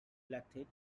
elected